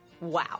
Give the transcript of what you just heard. Wow